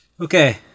Okay